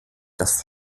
das